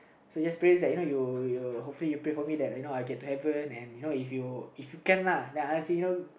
so there's prayers that you know you you hopefully you pray for me that you know I get to heaven and you know if you if you can lah then I ask him you know